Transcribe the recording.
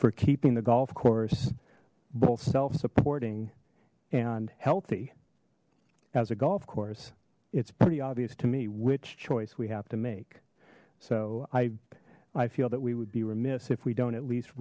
for keeping the golf course both self supporting and healthy as a golf course it's pretty obvious to me which choice we have to make so i i feel that we would be remiss if we don't at least